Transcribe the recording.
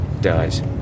dies